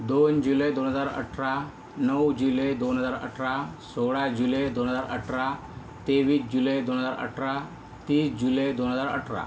दोन जुलै दोन हजार अठरा नऊ जुलै दोन हजार अठरा सोळा जुलै दोन हजार अठरा तेवीस जुलै दोन हजार अठरा तीस जुलै दोन हजार अठरा